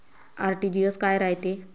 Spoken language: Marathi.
आर.टी.जी.एस काय रायते?